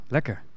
Lekker